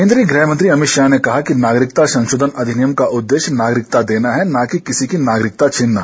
केन्द्रीय गृहमंत्री अमित शाह ने कहा कि नागरिकता संशोधन अधिनियम का उद्देश्य नागरिकता देना है न कि किसी की नागरिकता छीनना